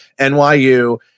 NYU